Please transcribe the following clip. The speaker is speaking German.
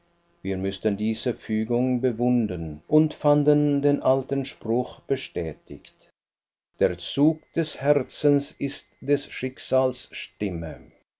wir mußten diese fügungen bewundern und fanden den alten spruch bestätigt der zug des herzens ist des